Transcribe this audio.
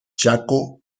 chaco